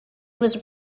was